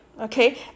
Okay